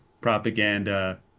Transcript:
propaganda